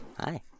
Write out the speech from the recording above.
Hi